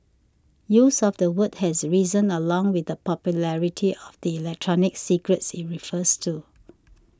use of the word has risen along with the popularity of the electronic cigarettes it refers to